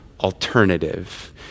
alternative